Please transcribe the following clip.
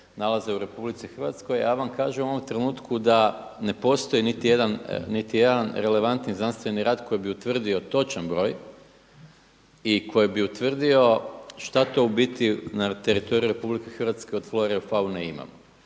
nalaze u RH. A ja vam kažem u ovom trenutku da ne postoji niti jedan relevantni znanstveni rad koji bi utvrdio točan broj i koji bi utvrdio šta to u biti na teritoriju RH od flore i faune imamo.